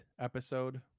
episode